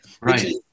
Right